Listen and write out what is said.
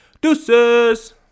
Deuces